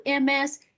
MS